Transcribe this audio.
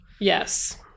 yes